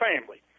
family